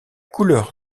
couleur